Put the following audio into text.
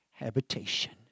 habitation